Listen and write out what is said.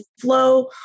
flow